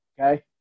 okay